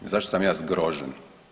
Zašto sam ja zgrožen?